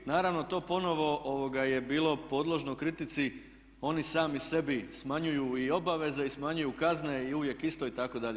Naravno to ponovno je bilo podložno kritici oni sami sebi smanjuju i obaveze i smanjuju kazne i uvijek isto itd.